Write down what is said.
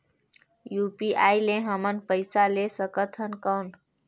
UPI ले हमन पइसा ले सकथन कौन?